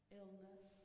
illness